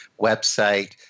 website